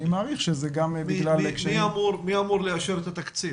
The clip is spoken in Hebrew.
אני מעריך שזה גם בגלל קשיים --- מי אמור לאשר את התקציב?